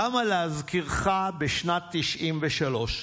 קמה, להזכירך, בשנת 1993,